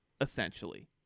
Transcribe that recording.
essentially